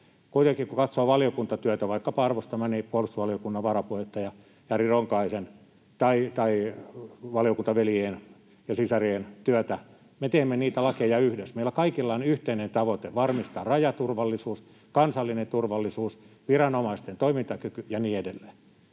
Kuitenkin, kun katsoo valiokuntatyötä — vaikkapa arvostamani puolustusvaliokunnan varapuheenjohtaja Jari Ronkaisen tai valiokuntaveljien ja -sisarien työtä — niin me teemme niitä lakeja yhdessä. Meillä kaikilla on yhteinen tavoite varmistaa rajaturvallisuus, kansallinen turvallisuus, viranomaisten toimintakyky ja niin edelleen.